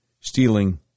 stealing